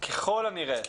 מחר ככל הנראה,